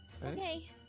Okay